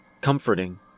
comforting